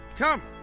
come!